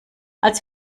als